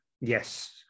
Yes